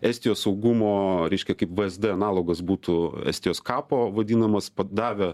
estijos saugumo reiškia kaip vsd analogas būtų estijos kapo vadinamas davė